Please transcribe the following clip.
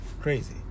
Crazy